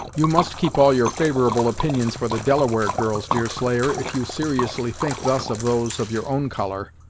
you must keep all your favorable opinions for the delaware girls, deerslayer, if you seriously think thus of those of your own colour,